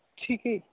ਠੀਕ ਹੈ